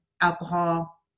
alcohol